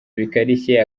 bikarishye